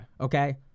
Okay